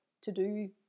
to-do